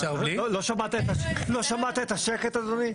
לא שמעת את השקט, אדוני?